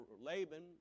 Laban